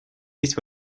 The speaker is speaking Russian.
есть